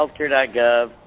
healthcare.gov